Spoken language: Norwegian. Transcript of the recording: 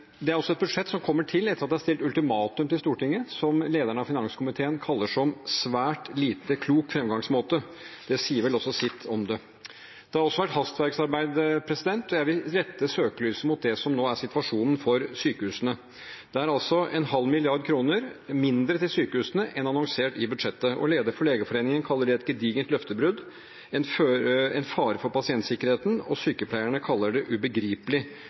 Det har også vært hastverksarbeid, og jeg vil rette søkelyset mot det som nå er situasjonen for sykehusene. Det er 0,5 mrd. kr mindre til sykehusene enn annonsert i budsjettet. Lederen for Legeforeningen kaller det et gedigent løftebrudd, en fare for pasientsikkerheten. Sykepleierne kaller det ubegripelig